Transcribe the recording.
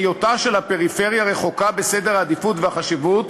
להיותה של הפריפריה רחוקה בסדר העדיפויות ובחשיבות.